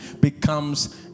becomes